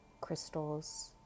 crystals